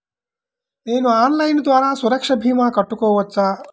నేను ఆన్లైన్ ద్వారా సురక్ష భీమా కట్టుకోవచ్చా?